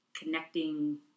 connecting